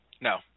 No